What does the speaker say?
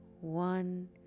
one